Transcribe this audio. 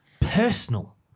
personal